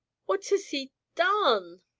what has he done?